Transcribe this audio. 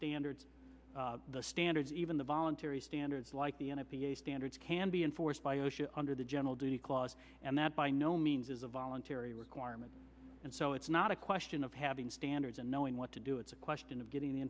standards the standards even the voluntary standards like the and i p a standards can be enforced by osha under the general duty clause and that by no means is a voluntary requirement and so it's not a question of having standards and knowing what to do it's a question of getting the